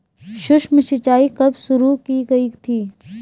सूक्ष्म सिंचाई कब शुरू की गई थी?